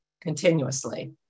continuously